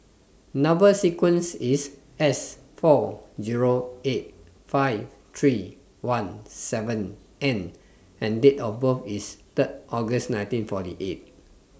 Number sequence IS S four Zero eight five three one seven N and Date of birth IS Third August nineteen forty eight